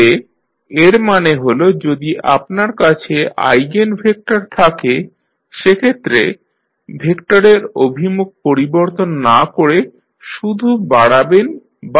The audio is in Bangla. তাহলে এর মানে হল যদি আপনার কাছে আইগেনভেক্টর থাকে সেক্ষেত্রে ভেক্টরের অভিমুখ পরিবর্তন না করে শুধু বাড়াবেন বা কমাবেন